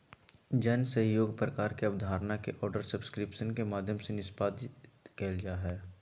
जन सहइोग प्रकार के अबधारणा के आर्डर सब्सक्रिप्शन के माध्यम से निष्पादित कइल जा हइ